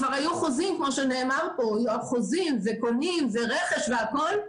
כבר היו חוזים כמו שנאמר פה חוזים וקונים ורכש והכול,